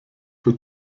für